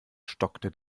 stockte